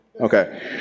Okay